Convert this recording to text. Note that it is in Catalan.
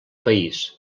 país